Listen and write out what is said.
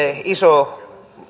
iso